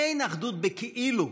אין אחדות ב"כאילו",